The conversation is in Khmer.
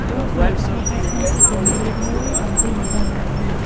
រាល់ផលិតផលកែច្នៃ គឺជាមេរៀនមួយអំពីនិរន្តរភាព។